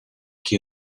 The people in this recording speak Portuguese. que